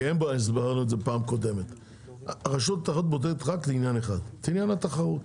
הסברנו את זה בפעם קודמת הרשות בודקת רק לעניין אחד את עניין התחרות,